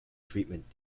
treatment